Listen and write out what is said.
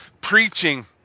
preaching